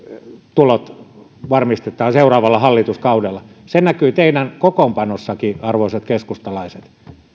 tulot varmistetaan seuraavalla hallituskaudella näkyy teidän kokoonpanossannekin arvoisat keskustalaiset